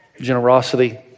generosity